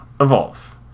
Evolve